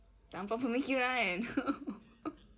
tanpa pemikiran